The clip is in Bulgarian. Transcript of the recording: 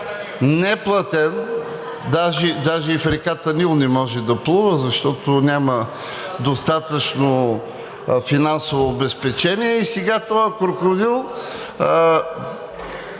неплатен, даже и в реката Нил не може да плува, защото няма достатъчно финансово обезпечение и сега този крокодил се